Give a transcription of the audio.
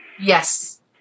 Yes